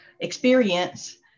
experience